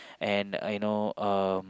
and I know um